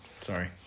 Sorry